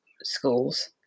schools